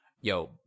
yo